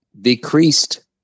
decreased